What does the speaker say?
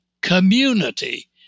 community